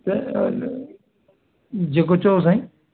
त जेको चओ साईं